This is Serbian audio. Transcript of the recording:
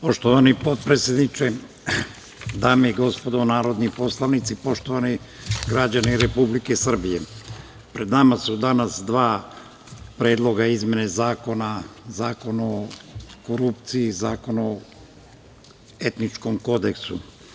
Poštovani potpredsedniče, dame i gospodo narodni poslanici, poštovani građani Republike Srbije, pred nama su danas dva predloga izmena zakona, Zakona o korupciji, Zakon o etičkom kodeksu.